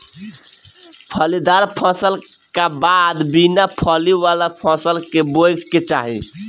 फलीदार फसल का बाद बिना फली वाला फसल के बोए के चाही